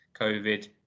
covid